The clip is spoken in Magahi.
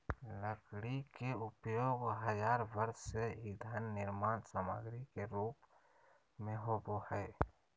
लकड़ी के उपयोग हजार वर्ष से ईंधन निर्माण सामग्री के रूप में होबो हइ